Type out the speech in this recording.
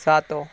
ସାତ